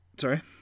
Sorry